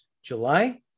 July